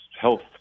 health